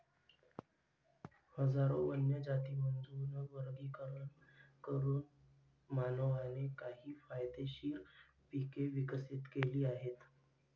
हजारो वन्य जातींमधून वर्गीकरण करून मानवाने काही फायदेशीर पिके विकसित केली आहेत